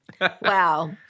Wow